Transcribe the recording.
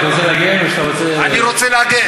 אתה רוצה להגן או שאתה רוצה, אני רוצה להגן.